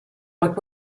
what